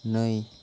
नै